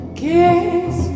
kiss